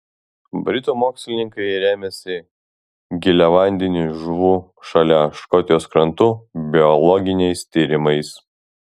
britų mokslininkai rėmėsi giliavandenių žuvų šalia škotijos krantų biologiniais tyrimais